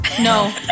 No